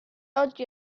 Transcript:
oggi